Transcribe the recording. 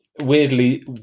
Weirdly